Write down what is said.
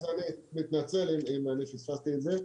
אז אני מתנצל אם אני פספסתי את זה.